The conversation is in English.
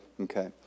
Okay